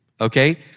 Okay